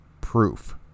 proof